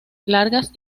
largas